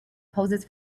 poses